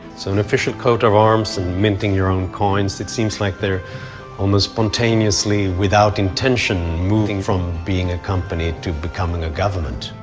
so an official coat of arms and minting your own coins, it seems like they're almost spontaneously, without intention, moving from being a company to becoming a government.